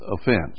offense